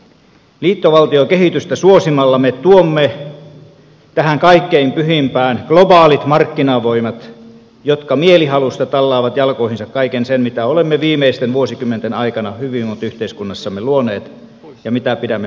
liitovaltiokehitystä suosimalla me tuomme tähän kaikkein pyhimpään globaalit markkinavoimat jotka mielihalusta tallaavat jalkoihinsa kaiken sen mitä olemme viimeisten vuosikymmenten aikana hyvinvointiyhteiskunnassamme luoneet ja mitä pidämme pyhänä ja arvokkaana